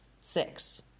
six